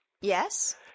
Yes